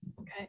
Okay